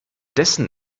dessen